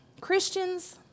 Christians